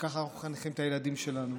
וככה אנחנו מחנכים את הילדים שלנו.